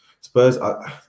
Spurs